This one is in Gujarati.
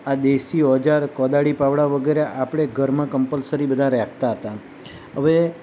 આ દેશી ઓજાર કોદાળી પાવળા વગેરે આપણે ઘરમાં કંપલસરી બધા રાખતા હતા હવે